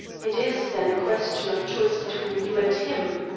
it is, then, a question of choice between you and him?